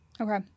Okay